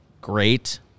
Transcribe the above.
great